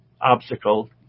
obstacle